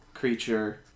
creature